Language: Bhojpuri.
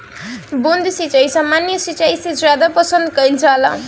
बूंद सिंचाई सामान्य सिंचाई से ज्यादा पसंद कईल जाला